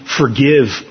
forgive